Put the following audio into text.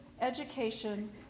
education